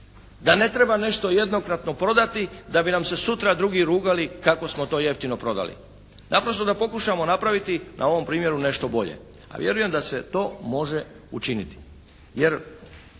da ne treba nešto jednokratno prodati da bi nam se sutra drugi rugali kako smo to jeftino prodali. Naprosto da pokušamo napraviti na ovom primjeru nešto bolje, a vjerujem da se može učiniti.